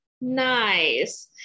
Nice